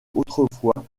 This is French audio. autrefois